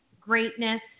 greatness